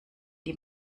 die